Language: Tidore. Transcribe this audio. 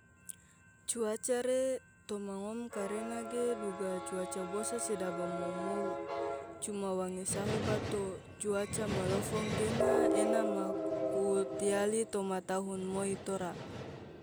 cuaca re toma ngom karena ge duga cuaca bosa se daba mou-mou, coma wange sahu bato, cuaca malofo anggena ene maku tiali toma tahun moi tora.